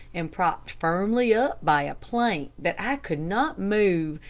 and propped firmly up by a plank that i could not move,